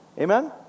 Amen